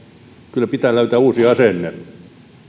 kyllä pitää löytää uusi asenne